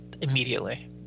immediately